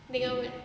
dengan